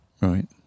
Right